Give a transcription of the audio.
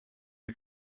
the